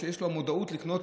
שיש לו מודעות לקנות,